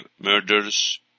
murders